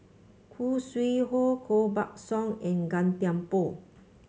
Khoo Sui Hoe Koh Buck Song and Gan Thiam Poh